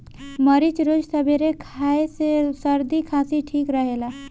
मरीच रोज सबेरे खाए से सरदी खासी ठीक रहेला